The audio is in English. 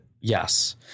Yes